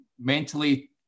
mentally